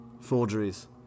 forgeries